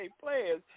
players